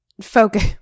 focus